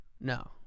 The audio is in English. No